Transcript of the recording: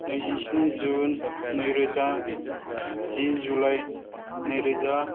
नैजिस्नि जुन नैरोजा जि जुलाइ नैरोजा